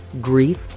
grief